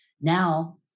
now